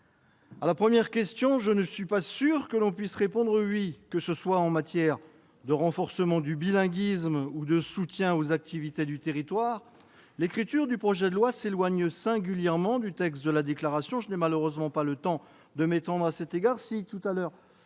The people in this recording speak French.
À la première question, je ne suis pas certain que l'on puisse répondre par l'affirmative. En matière de renforcement du bilinguisme comme de soutien aux activités du territoire, l'écriture du projet de loi s'éloigne singulièrement du texte de la déclaration. Je n'ai malheureusement pas le temps de m'étendre sur ce point,